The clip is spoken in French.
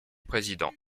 président